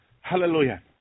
Hallelujah